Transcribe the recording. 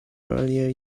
earlier